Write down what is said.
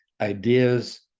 ideas